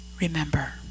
remember